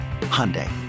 Hyundai